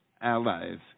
allies